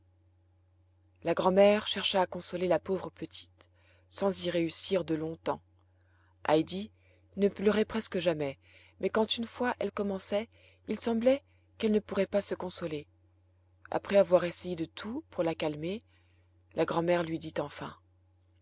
la grand'mère chercha à consoler la pauvre petite sans y réussir de longtemps heidi ne pleurait presque jamais mais quand une fois elle commençait il semblait qu'elle ne pourrait pas se consoler après avoir essayé de tout pour la calmer la grand'mère lui dit enfin